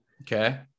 okay